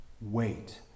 wait